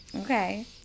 Okay